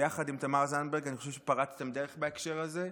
יחד עם תמר זנדברג אני חושב שפרצתן דרך בהקשר הזה,